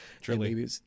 Truly